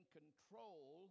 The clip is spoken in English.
control